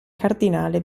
cardinale